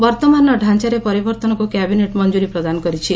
ବର୍ତ୍ତମାନର ଢାଞ୍ଚାରେ ପରିବର୍ତ୍ତନକୁ କ୍ୟାବିନେଟ୍ ମଞ୍ଜୁରୀ ପ୍ରଦାନ କରିଛି